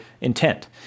intent